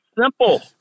simple